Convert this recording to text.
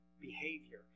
behavior